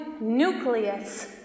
nucleus